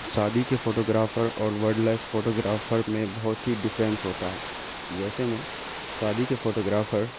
سادی کے فوٹوگرافر اور ولڈ لائف فوٹوگرافر میں بہت ہی ڈفرینس ہوتا ہے جیسے میں شادی کے فوٹوگرافر